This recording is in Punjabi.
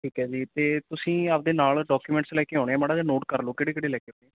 ਠੀਕ ਹੈ ਜੀ ਅਤੇ ਤੁਸੀਂ ਆਪਣੇ ਨਾਲ ਡਾਕੂਮੈਂਟਸ ਲੈ ਕੇ ਆਉਣੇ ਹੈ ਮਾੜਾ ਜਿਹਾ ਨੋਟ ਕਰ ਲਓ ਕਿਹੜੇ ਕਿਹੜੇ ਲੈ ਕੇ ਆਉਣੇ